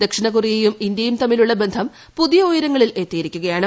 ദക്ഷിണ കൊറിയയും ഇന്ത്യയും തമ്മിലുള്ള ബന്ധം പുതിയ ഉയരങ്ങളിൽ എത്തിയിരിക്കുകയാണ്